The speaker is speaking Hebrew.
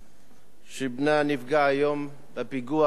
שבנה נפגע היום בפיגוע בדרום.